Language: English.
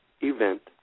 event